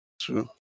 True